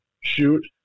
shoot